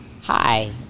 Hi